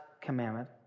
commandment